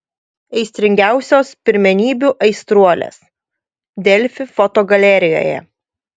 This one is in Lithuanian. aistringiausios pirmenybių aistruolės delfi fotogalerijoje